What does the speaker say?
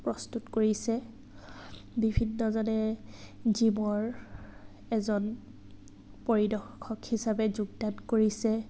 প্ৰস্তুত কৰিছে বিভিন্নজনে জীমৰ এজন পৰিদৰ্শক হিচাপে যোগদান কৰিছে